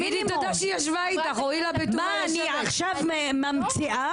מה, אני עכשיו ממציאה?